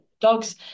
Dogs